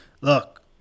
look